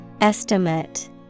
Estimate